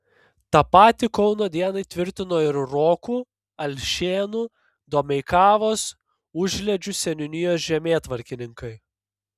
tą patį kauno dienai tvirtino ir rokų alšėnų domeikavos užliedžių seniūnijos žemėtvarkininkai